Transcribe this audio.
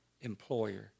employer